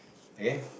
again